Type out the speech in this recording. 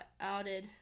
outed